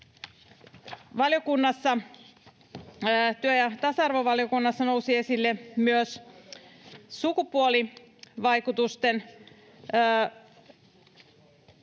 työ- ja tasa-arvovaliokunnassa, nousi esille myös sukupuolivaikutusten ero,